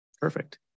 perfect